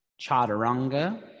chaturanga